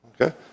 Okay